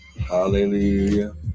Hallelujah